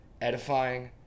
edifying